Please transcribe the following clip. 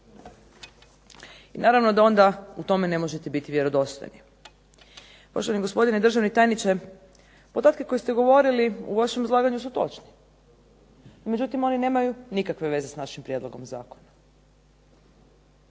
I naravno da onda u tome ne možete biti vjerodostojni. Poštovani gospodine državni tajniče, podatke koje ste govorili u vašem izlaganju su točni, međutim oni nemaju nikakve veze s našim prijedlogom zakona.